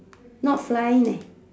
not flying leh